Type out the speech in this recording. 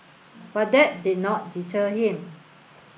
but that did not deter him